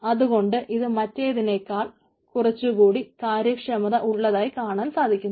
അതുകൊണ്ട് ഇത് മറ്റെതിനേക്കാൾ കുറച്ചു കൂടി കാര്യക്ഷമത ഉള്ളതായി കാണുവാൻ സാധിക്കുന്നു